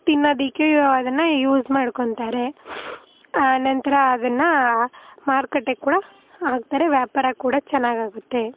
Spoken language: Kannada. ತಿನ್ನೋದಕ್ಕೆ ಅದನ್ನು ಯೂಸ್ ಮಾಡ್ಕೊಳ್ತಾರೆ ಆ ನಂತರ ಅದನ್ನು ಮಾರ್ಕೆಟಿಗೆ ಕೂಡಾ ಹಾಕ್ತಾರೆ ವ್ಯಾಪಾರ ಕೂಡ ಚೆನ್ನಾಗಾಗುತ್ತೆ